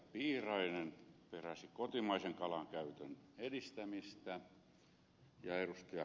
piirainen peräsi kotimaisen kalan käytön edistämistä ja ed